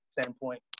standpoint